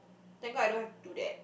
thank god I don't have to do that